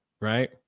Right